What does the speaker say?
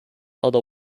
other